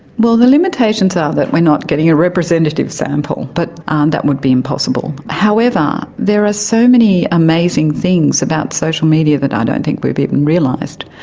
well, the limitations are that we're not getting a representative sample, but um that would be impossible. however, there are so many amazing things about social media that i don't and and think we've even realised.